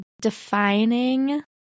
defining